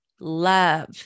Love